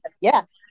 Yes